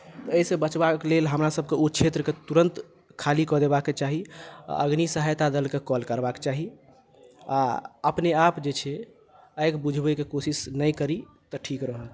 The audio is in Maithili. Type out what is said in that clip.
एहिसँ बचबाक लेल हमरासभकेँ ओ क्षेत्रकेँ तुरन्त खाली कऽ देबाक चाही अग्नि सहायता दलकेँ कॉल करबाक चाही आ अपनेआप जे छै आगि मिझबयके कोशिश नहि करी तऽ ठीक रहत